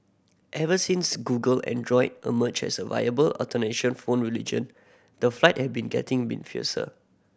ever since Google Android emerged as a viable alternation phone religion the flight had been getting fiercer